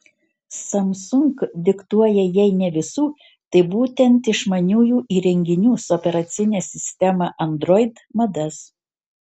samsung diktuoja jei ne visų tai būtent išmaniųjų įrenginių su operacine sistema android madas